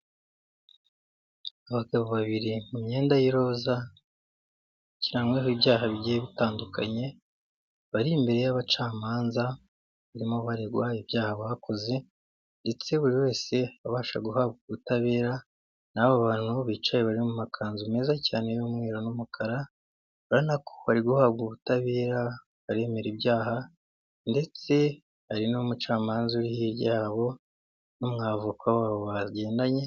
Abagabo babiri mu myenda y'iroza, bakirangwaho ibyaha bigiye bitandukanye, bari imbere y'abacamanza, barimo baregwa ibyaha bakoze ndetse buri wese abasha guhabwa ubutabera, n'abo bantu bicaye bari mu makanzu meza cyane y'umweru n'umukara, ubonako bari guhabwa ubutabera, baremera ibyaha ndetse hari n'umucamanza uri hirya yabo n'umwavoka wabo bagendanye.